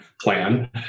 plan